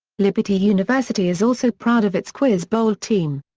liberty university is also proud of its quiz bowl team.